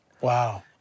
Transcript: Wow